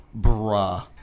Bruh